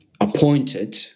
appointed